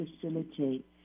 facilitate